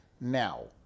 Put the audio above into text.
now